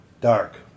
Dark